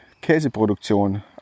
Käseproduktion